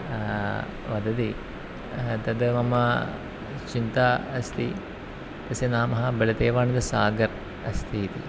वदति तत् मम चिन्ता अस्ति तस्य नाम बलदेवानन्दसागर् अस्ति इति